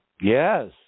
Yes